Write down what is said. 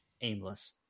aimless